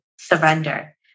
surrender